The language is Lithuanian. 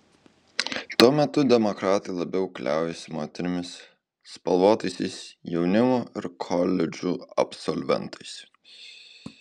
tuo metu demokratai labiau kliaujasi moterimis spalvotaisiais jaunimu ir koledžų absolventais